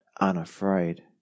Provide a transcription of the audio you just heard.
unafraid